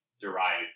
derived